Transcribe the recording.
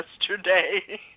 yesterday